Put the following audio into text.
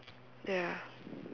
ya